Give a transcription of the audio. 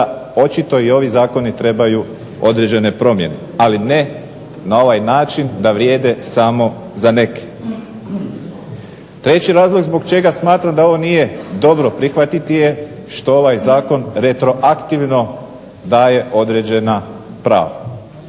očito i ovi zakoni trebaju određene promjene, ali ne na ovaj način da vrijede samo za neke. Treći razlog zbog čega smatram da ovo nije dobro prihvatiti je što ovaj zakon retroaktivno daje određena prava.